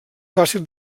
fàcil